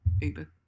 Uber